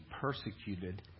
persecuted